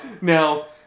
now